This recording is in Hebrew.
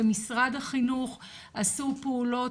במשרד החינוך עשו פעולות,